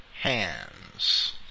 Hands